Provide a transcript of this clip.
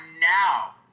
now